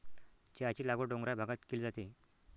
चहाची लागवड डोंगराळ भागात केली जाते